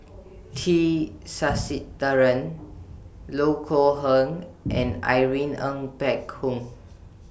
T Sasitharan Loh Kok Heng and Irene Ng Phek Hoong